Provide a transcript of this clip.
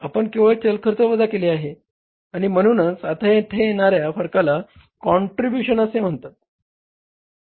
आपण केवळ चल खर्च वजा केले आहे आणि म्हणूनच आता येथे येणाऱ्या फरकाला कॉंट्रिब्यूशन असे म्हणतात